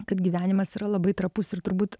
kad gyvenimas yra labai trapus ir turbūt